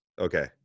okay